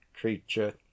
creature